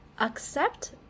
accept